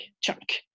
chunk